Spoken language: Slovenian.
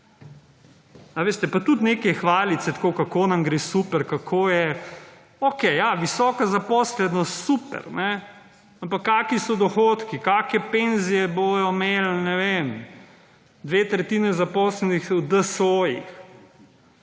pa tudi, nekaj hvalit se tako, kako nam gre super, kako je… Okej, ja, visoka zaposlenost, super, ampak kaki so dohodki, kake penzije bojo imel, ne vem, dve tretjine zaposlenih v DSO-jih.